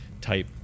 type –